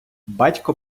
батько